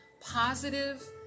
positive